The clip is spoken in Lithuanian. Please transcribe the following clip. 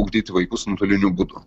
ugdyti vaikus nuotoliniu būdu